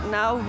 now